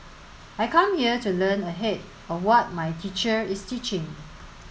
I come here to learn ahead of what my teacher is teaching